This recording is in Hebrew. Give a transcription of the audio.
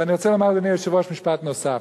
ואני רוצה לומר משפט נוסף,